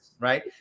right